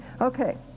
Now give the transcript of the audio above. Okay